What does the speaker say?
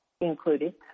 included